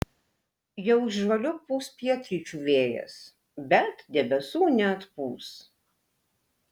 jau žvaliu pūs pietryčių vėjas bet debesų neatpūs